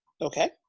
okay